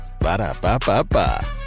Ba-da-ba-ba-ba